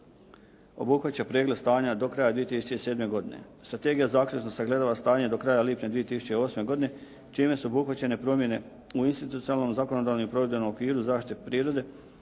obuhvaća pregled stanja do kraja 2007. godine. Strategija zaključno sagledava stanje do kraja lipnja 2008. godine čime su obuhvaćene promjene u institucionalnom, zakonodavnom i provedbenom okviru zaštite prirode